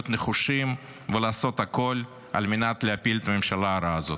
להיות נחושים ולעשות הכול על מנת להפיל את הממשלה הרעה הזאת.